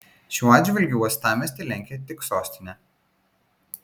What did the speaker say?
šiuo atžvilgiu uostamiestį lenkia tik sostinė